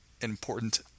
important